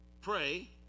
Pray